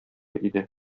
иде